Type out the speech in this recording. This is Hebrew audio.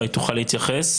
אולי תוכל להתייחס?